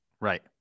Right